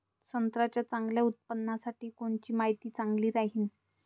संत्र्याच्या चांगल्या उत्पन्नासाठी कोनची माती चांगली राहिनं?